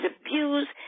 abused